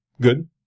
good